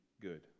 good